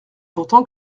pourtant